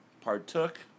partook